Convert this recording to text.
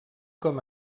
com